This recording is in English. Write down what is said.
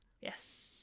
Yes